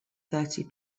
thirty